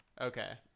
Okay